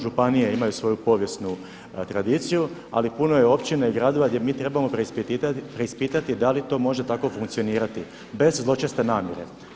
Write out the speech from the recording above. Županije imaju svoju povijesnu tradiciju, ali puno je općina i gradova gdje mi moramo preispitati da li to može tako funkcionirati bez zločeste namjere.